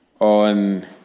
on